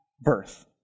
birth